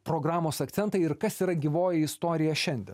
programos akcentai ir kas yra gyvoji istorija šiandien